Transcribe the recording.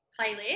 playlist